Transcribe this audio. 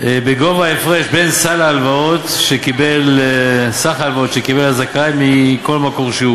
בגובה ההפרש בין סך ההלוואות שקיבל הזכאי מכל מקור שהוא